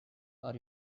are